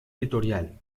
editorial